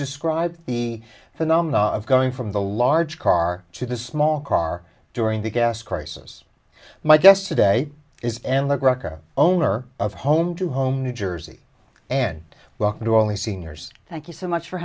describe the phenomenon of going from the large car to the small car during the gas crisis my guest today is and like rocca owner of home to home new jersey and welcome to all the seniors thank you so much for